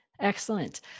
Excellent